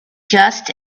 just